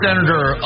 Senator